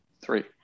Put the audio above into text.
three